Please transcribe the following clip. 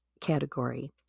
category